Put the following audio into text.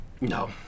No